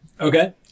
Okay